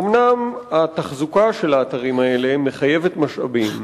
אומנם התחזוקה של האתרים האלה מחייבת משאבים,